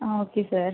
ah okay sir